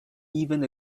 even